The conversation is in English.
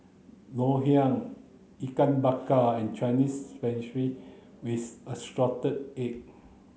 ngoh hiang ikan bakar and Chinese spinach with assorted egg